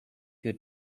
you